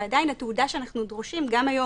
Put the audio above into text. ועדיין התעודה שאנחנו דורשים גם היום,